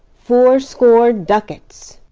fourscore ducats.